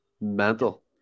mental